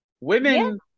Women